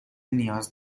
نیاز